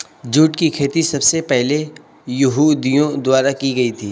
jute की खेती सबसे पहले यहूदियों द्वारा की गयी थी